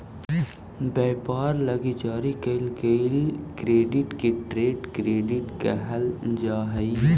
व्यापार लगी जारी कईल गेल क्रेडिट के ट्रेड क्रेडिट कहल जा हई